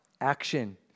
action